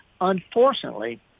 Unfortunately